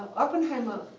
oppenheimer,